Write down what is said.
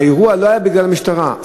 האירוע לא היה בגלל המשטרה,